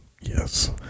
yes